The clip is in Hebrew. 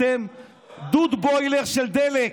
אתם דוד בוילר של דלק.